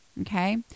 Okay